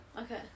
Okay